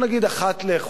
פעמיים בחודש,